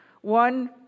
one